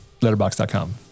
Letterbox.com